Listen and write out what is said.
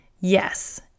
Yes